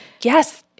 yes